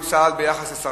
אם ההליך לא תקין,